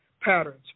patterns